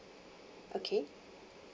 okay